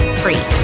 free